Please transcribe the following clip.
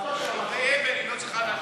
על דברי הבל היא לא צריכה להשיב.